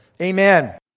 amen